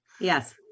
Yes